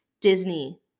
Disney